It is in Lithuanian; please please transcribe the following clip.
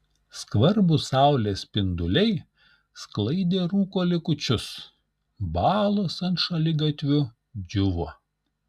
skvarbūs saulės spinduliai sklaidė rūko likučius balos ant šaligatvių džiūvo